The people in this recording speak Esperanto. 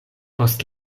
post